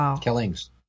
killings